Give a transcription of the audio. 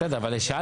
בסדר, אבל שאלת